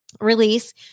release